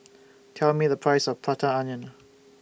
Tell Me The Price of Prata Onion